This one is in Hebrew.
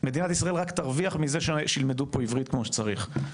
מדינת ישראל רק תרוויח מזה שילמדו פה עברית כמו שצריך.